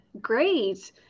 Great